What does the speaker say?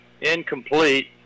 incomplete